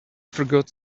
forgot